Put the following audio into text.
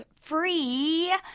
free –